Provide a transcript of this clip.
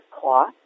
cloth